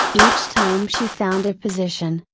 each time she found a position,